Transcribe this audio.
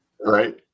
Right